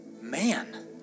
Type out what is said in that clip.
man